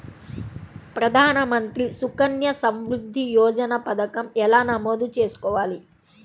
ప్రధాన మంత్రి సుకన్య సంవృద్ధి యోజన పథకం ఎలా నమోదు చేసుకోవాలీ?